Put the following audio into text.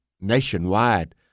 nationwide